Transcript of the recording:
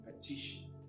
petition